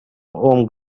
home